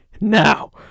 Now